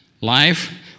Life